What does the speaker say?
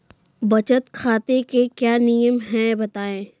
बचत खाते के क्या नियम हैं बताएँ?